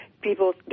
people